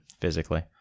physically